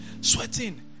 sweating